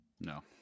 No